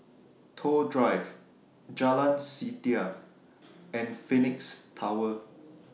Toh Drive Jalan Setia and Phoenix Tower